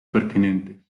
pertinentes